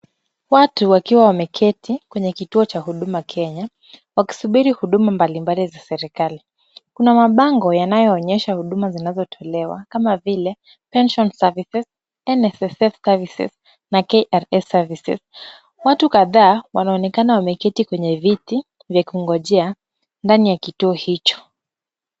Watu wakiwa wameketi kwenye kituo cha Huduma Kenya, wakisubiri huduma mbalimbali za serikali. Kuna mabango yanayoonyesha huduma mbalimbali zinazotolewa kama vile pension services, NSSF services na KRA services . Watu kadhaa wanaonekana wameketi kwenye viti vya kungojea ndani ya kituo hicho.